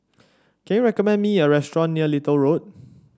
can you recommend me a restaurant near Little Road